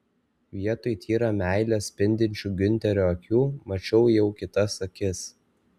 vietoj tyra meile spindinčių giunterio akių mačiau jau kitas akis